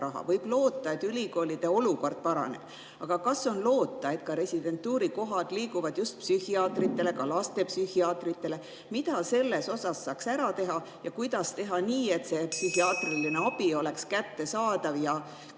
Võib loota, et ülikoolide olukord paraneb. Aga kas on loota, et ka residentuuri kohad liiguvad just psühhiaatritele, ka lastepsühhiaatritele? Mida selles osas saaks ära teha? Ja kuidas teha nii, et see (Juhataja helistab kella.) psühhiaatriline abi oleks kättesaadav ja ka